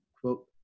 quote